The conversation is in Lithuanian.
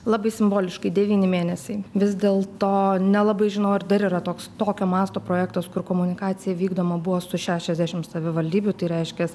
labai simboliškai devyni mėnesiai vis dėl to nelabai žinau ar dar yra toks tokio masto projektas kur komunikacija vykdoma buvo su šešiasdešim savivaldybių tai reiškias